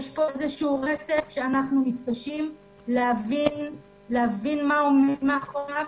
יש פה איזשהו רצף שאנחנו מתקשים להבין מה עומד מאחוריו.